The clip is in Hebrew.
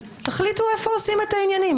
תחליטו איפה עושים את העניינים.